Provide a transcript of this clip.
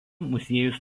muziejus